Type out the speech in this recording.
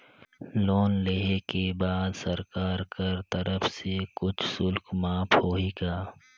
Loan लेहे के बाद सरकार कर तरफ से कुछ शुल्क माफ होही का?